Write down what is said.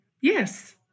Yes